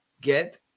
Get